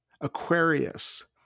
Aquarius